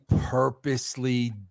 purposely